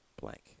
blank